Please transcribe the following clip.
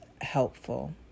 helpful